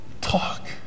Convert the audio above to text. talk